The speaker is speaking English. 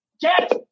Get